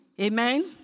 Amen